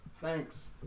Thanks